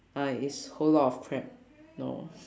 uh is whole lot of crap no